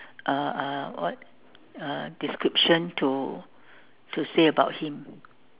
uh uh what uh description to to say about him